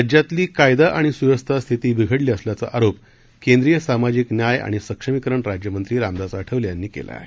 राज्यातली कायदा आणि सुव्यवस्था स्थिती बिघडली असल्याचा आरोप केंद्रीय सामाजिक न्याय आणि सक्षमिकरण राज्यमंत्री रामदास आठवले यांनी केलं आहे